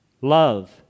Love